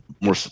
more